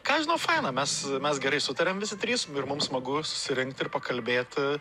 ką žinau faina mes mes gerai sutariam visi trys ir mums smagu susirinkti ir pakalbėti